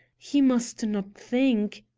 he must not think